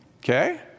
Okay